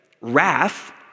Wrath